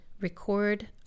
record